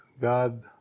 God